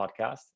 podcast